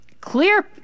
clear